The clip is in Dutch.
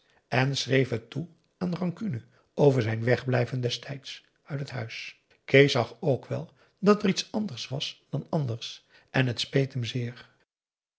en schreef het toe aan rancune over zijn wegblijven destijds uit het huis kees zag ook wel dat er iets anders was dan anders en t speet hem zeer